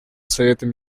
советом